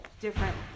Different